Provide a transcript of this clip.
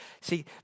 See